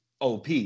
OP